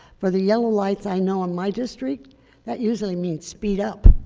for the yellow lights, i know in my district that usually means speed up